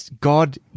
God